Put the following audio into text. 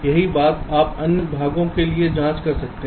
यही बात आप अन्य भागों के लिए जाँच कर सकते हैं